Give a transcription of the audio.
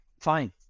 fine